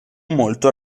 molto